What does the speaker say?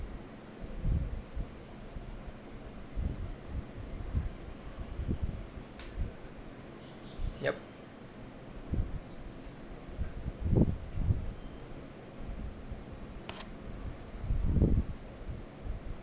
yup